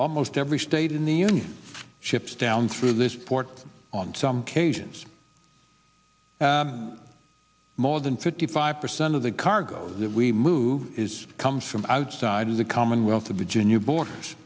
almost every state in the union ships down through this port on some cajuns more than fifty five percent of the cargo that we move is i'm from outside of the commonwealth of virginia borders